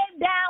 down